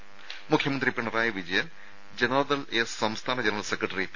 രുമ മുഖ്യമന്ത്രി പിണറായി വിജയൻ ജനതാദൾ എസ് സംസ്ഥാന ജനറൽ സെക്രട്ടറി പി